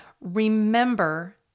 Remember